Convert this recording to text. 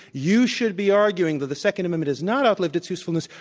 you should be arguing that the second amendment has not outlived its usefulness.